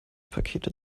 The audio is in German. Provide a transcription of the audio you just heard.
pakete